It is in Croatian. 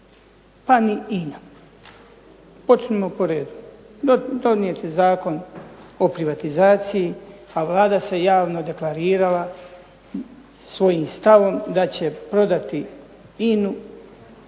pa ni INA. Počnimo po redu. Donijet je Zakon o privatizaciji, a Vlada se javno deklarirala svojim stavom da će prodati